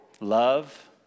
love